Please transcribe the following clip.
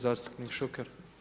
zastupnik Šuker.